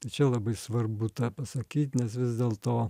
tai čia labai svarbu tą pasakyt nes vis dėl to